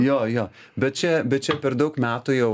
jo jo bet čia bet čia per daug metų jau